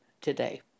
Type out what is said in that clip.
today